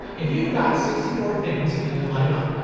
if you've got sixty four things you need to light up,